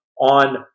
on